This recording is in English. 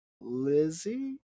Lizzie